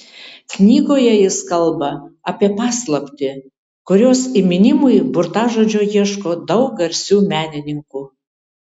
knygoje jis kalba apie paslaptį kurios įminimui burtažodžio ieško daug garsių menininkų